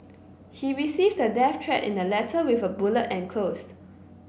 he received a death threat in a letter with a bullet enclosed